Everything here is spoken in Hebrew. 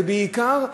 ובעיקר,